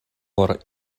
por